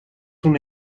una